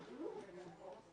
ושאלתי את ענאיה